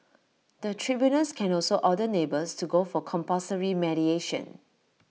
the tribunals can also order neighbours to go for compulsory mediation